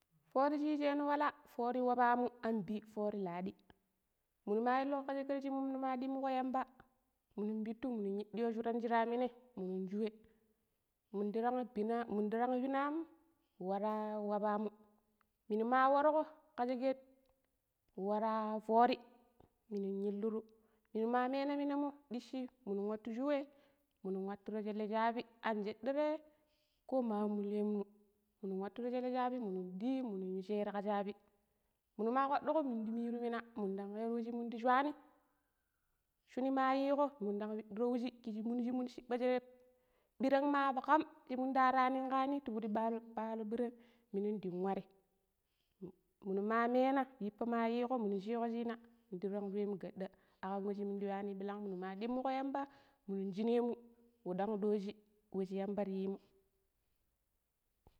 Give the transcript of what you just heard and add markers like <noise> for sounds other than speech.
﻿Foori shi yiijeno wala foori waabamu anbi foori ladi minu ma illuko ka sheket shi minu ma dimmukon yamba minu pittu minu yiddiyo shuran shira minai minun cuwe, <unintelligible> minda rang bina am wara waabamu minu ma warko ka sheket wara foori minung illuru minuma mena minamo dishi minun watu cuwe minung waturo shele shaabi anjedire ko ma mulyanmu minun waturo shele shaabi minu diyi minu yu sheri ka shaabi minu ma kpaduko mindu miru mina minun dang kerowe shi minda swani, shuni mayiko minun dang pidiro wuji kiji minu shiminu shiba shereb ɓiran ma kam she munar hara ninga nim ti bidi ballo ɓirang minidin warri. muni ma wenna yippa ma yigo munu shu washina mundu ran ruwa mu gaɗa akkam wai shi munda yuwani ɓillang muni ma ɗimigo yamba munin shina mu wu ɗang ɗojji wa shi yamba ra yi mu.